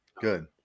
Good